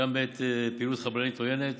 גם בעת פעילות חבלנית עוינת.